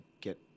get